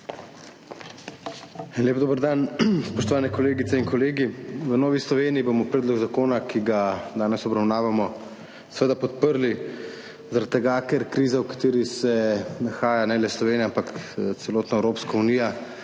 Lep dober dan! Spoštovane kolegice in kolegi! V Novi Sloveniji bomo predlog zakona, ki ga danes obravnavamo, seveda podprli, zaradi tega, ker kriza, v kateri se nahaja, ne le Slovenija, ampak celotna Evropska unija,